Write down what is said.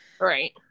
Right